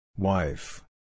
Wife